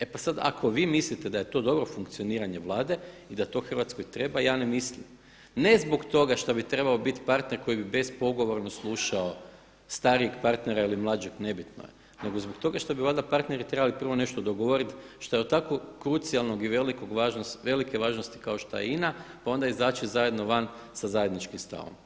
E pa sada, ako vi mislite da je to dobro funkcioniranje Vlade i da to Hrvatskoj treba, ja ne mislim ne zbog toga što bi trebao biti partner koji bi bezpogovorno slušao starijeg partnera ili mlađeg nebitno je, nego zbog toga što bi valjda partneri trebali prvo nešto dogovoriti što je od tako krucijalnog i velike važnosti kao što je INA, pa onda izaći zajedno van sa zajedničkim stavom.